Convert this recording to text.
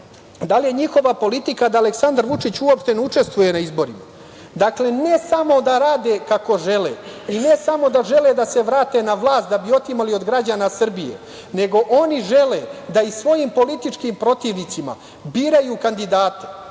Da li je njihova politika da Aleksandar Vučić uopšte ne učestvuje u izborima. Dakle, ne samo da rade kako žele i ne samo da žele da se vrate na vlast da bi otimali od građana Srbije, nego oni žele da i svojim političkim protivnicima biraju kandidate.